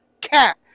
cat